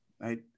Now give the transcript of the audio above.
right